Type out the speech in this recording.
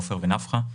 עופר ונפחא,